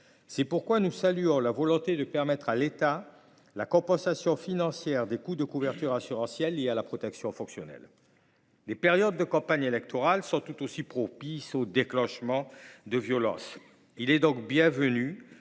C’est pourquoi nous saluons la volonté de permettre à l’État de compenser les coûts de couverture assurantielle liés à la protection fonctionnelle. Les périodes de campagne électorale sont propices au déclenchement de violences. Il est donc bienvenu